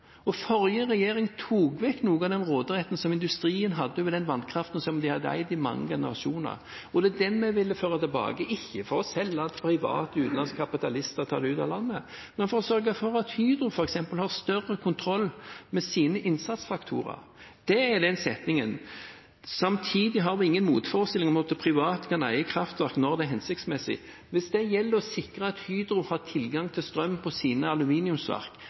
Forrige regjering tok vekk noe av den råderetten som industrien hadde over den vannkraften som de hadde eid i mange generasjoner. Det er den vi vil føre tilbake, ikke for å selge slik at private utenlandske kapitalister tar det ut av landet, men for å sørge for at Hydro f.eks. har større kontroll med sine innsatsfaktorer. Det er denne setningen: «Samtidig har vi ingen motforestillinger mot at private kan eie kraftverk/kraftselskap når det er hensiktsmessig.» Hvis det gjelder å sikre at Hydro har tilgang til strøm på sine aluminiumsverk,